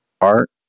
art